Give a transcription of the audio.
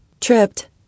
Tripped